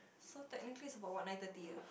so technically is about what nine thirty ah